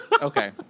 Okay